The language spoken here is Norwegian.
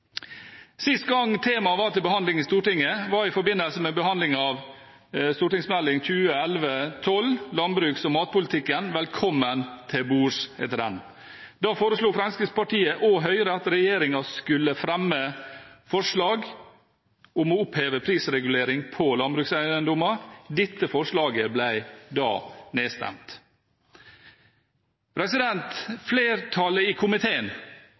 Sist gang temaet var til behandling i Stortinget, var i forbindelse med behandlingen av Meld. St. 9 for 2011–2012, Landbruks- og matpolitikken, Velkommen til bords. Da foreslo Fremskrittspartiet og Høyre at regjeringen skulle fremme forslag om å oppheve prisregulering på landbrukseiendommer. Dette forslaget ble da nedstemt. Flertallet i komiteen